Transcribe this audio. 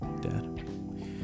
Dad